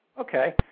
Okay